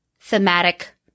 thematic